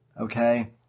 Okay